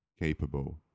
capable